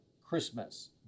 Christmas